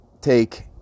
take